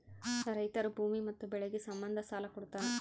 ರೈತರು ಭೂಮಿ ಮತ್ತೆ ಬೆಳೆಗೆ ಸಂಬಂಧ ಸಾಲ ಕೊಡ್ತಾರ